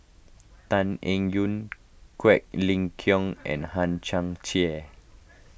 Tan Eng Yoon Quek Ling Kiong and Hang Chang Chieh